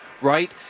right